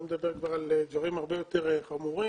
שלא לדבר על דברים הרבה יותר חמורים,